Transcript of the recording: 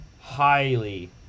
highly